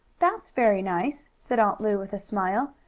that's very nice, said aunt lu with a smile.